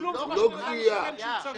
תשלום זה מה שאדם משלם כאשר הוא צריך.